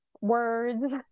words